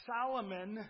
Solomon